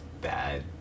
bad